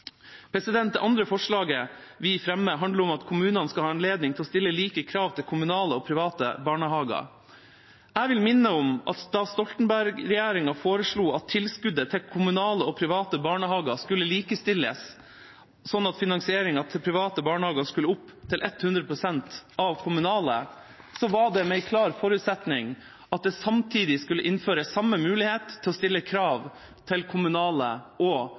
Det andre forslaget vi fremmer – sammen med Senterpartiet og Sosialistisk Venstreparti – handler om at kommunene skal ha anledning til å stille like krav til kommunale og private barnehager. Jeg vil minne om at da Stoltenberg-regjeringa foreslo at tilskuddet til kommunale og private barnehager skulle likestilles, slik at finansieringen av private barnehager skulle opp til 100 pst. av de kommunale, var det under en klar forutsetning av at det samtidig skulle innføres mulighet til å stille samme krav til kommunale og